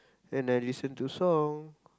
and I listen to song